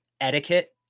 etiquette